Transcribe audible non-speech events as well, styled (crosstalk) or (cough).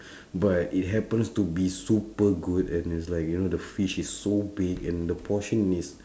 (breath) but it happens to be super good and it's like you know the fish is like so big and the portion is